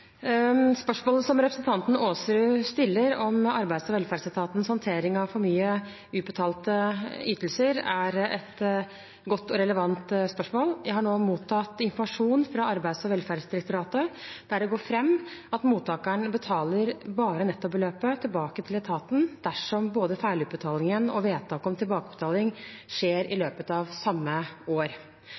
Spørsmålet som representanten Aasrud stiller om arbeids- og velferdsetatens håndtering av for mye utbetalte ytelser, er et godt og relevant spørsmål. Jeg har mottatt informasjon fra Arbeids- og velferdsdirektoratet der det går fram at mottakeren betaler bare nettobeløpet tilbake til etaten dersom både feilutbetalingen og vedtak om tilbakebetaling skjer i løpet av samme år.